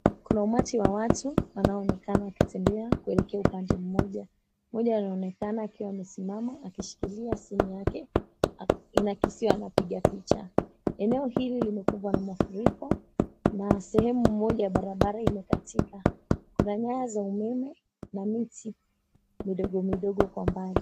Kuna umati wa watu wanaoonekana wakitembea kuelekea upande moja. Mmoja anaonekana akiwa amesimama akishikilia simu yake, inaakisiwa anapiga picha. Eneo hili limekumbwa na mafuriko na sehemu moja ya barabara imekatika. Kuna nyaya za umeme na miti midogo midogo kwa mbali.